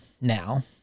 now